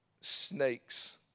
snakes